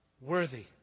worthy